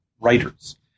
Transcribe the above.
writers